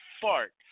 fart